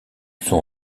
son